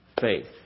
faith